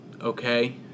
Okay